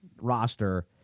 roster